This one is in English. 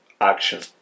Action